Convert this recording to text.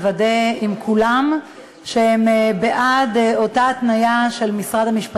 לוודא עם כולם שהם בעד אותה התניה של משרד המשפטים.